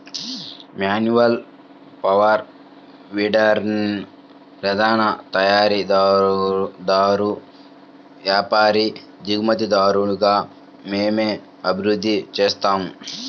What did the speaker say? manual power వీడర్ని ప్రధాన తయారీదారు, వ్యాపారి, దిగుమతిదారుగా మేము అభివృద్ధి చేసాము